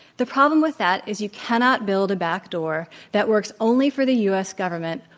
the problem with that is you cannot build a back door that works only for the u. s. government,